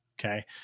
Okay